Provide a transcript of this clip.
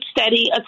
steady